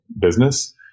business